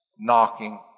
knocking